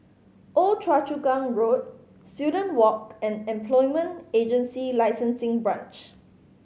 Old Choa Chu Kang Road Student Walk and Employment Agency Licensing Branch